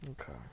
okay